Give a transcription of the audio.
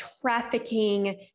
trafficking